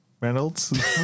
Reynolds